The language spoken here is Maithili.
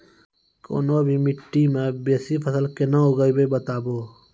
कूनू भी माटि मे बेसी फसल कूना उगैबै, बताबू?